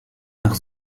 nach